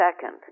second